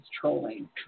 trolling